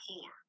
poor